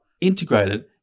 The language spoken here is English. integrated